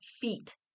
feet